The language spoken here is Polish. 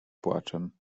płaczem